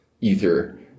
Ether